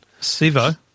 Sivo